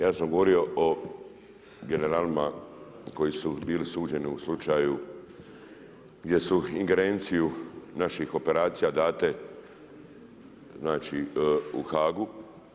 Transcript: Ja sam govorio o generalima koji su bili suđeni u slučaju gdje su ingerenciju naših operacija date znači u HAG-u.